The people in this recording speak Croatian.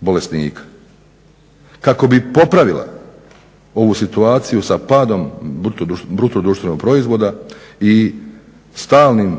bolesnika, kako bi popravila ovu situaciju sa padom bruto društvenog proizvoda i stalnim,